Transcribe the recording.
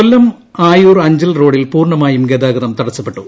കൊല്ലം ആയുർ അഞ്ചൽ റോഡിൽ പൂർണ്ണമായും ഗതാഗതം തടസപ്പെട്ടു